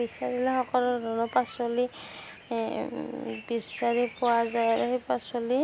বিচাৰিলে সকলো ধৰণৰ পাচলি বিচাৰি পোৱা যায় আৰু সেই পাচলি